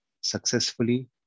successfully